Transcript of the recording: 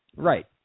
Right